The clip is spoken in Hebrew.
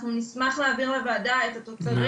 אנחנו נשמח להעביר לוועדה את התוצרים